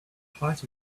height